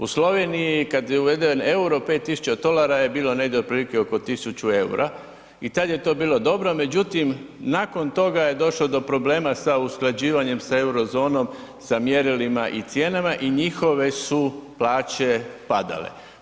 U Sloveniji kada je uveden euro, 5 tisuća tolara je bilo negdje otprilike oko 1000 eura i tada je to bilo dobro, međutim, nakon toga je došlo do problema sa usklađivanjem sa eurozonom sa mjerilima i cijenama i njihove su plaće padale.